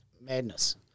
madness